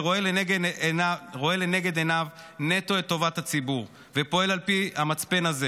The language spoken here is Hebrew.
שרואה לנגד עיניו נטו את טובת הציבור ופועל לפי המצפן הזה.